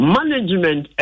Management